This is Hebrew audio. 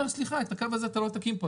ואומר "..סליחה, את הקו הזה אתה לא תקים פה.